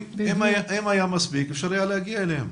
אם היה מספיק, אפשר היה להגיע אליהם.